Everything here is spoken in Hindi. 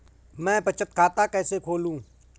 मैं बचत खाता कैसे खोलूँ?